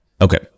Okay